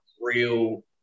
real